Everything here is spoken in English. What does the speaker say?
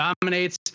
dominates